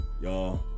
Y'all